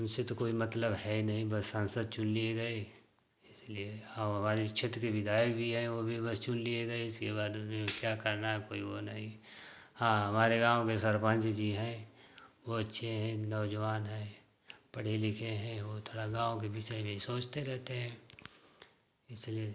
उनसे तो कोई मतलब है नहीं बस सांसद चुन लिए गए इसलिए और हमारे क्षेत्र के विधायक वी हैं ओ भी बस चुन लिए गए इसके बाद में क्या करना है कोई वो नही हाँ हमारे गाँव के सरपंच जी हैं वो अच्छे हैं नौजवान हैं पढ़े लिखे हैं वो थोड़ा गाँव के विषय में सोचते रहते हैं इसलिए